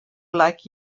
like